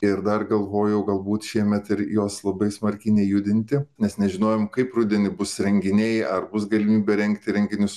ir dar galvojau galbūt šiemet ir jos labai smarkiai nejudinti nes nežinojom kaip rudenį bus renginiai ar bus galimybė rengti renginius